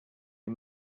you